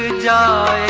ah da